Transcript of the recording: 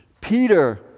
Peter